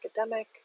academic